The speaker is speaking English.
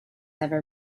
ever